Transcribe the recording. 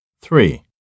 Three